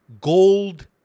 Gold